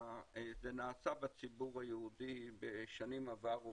זה נעשה בציבור היהודי בשנים עברו,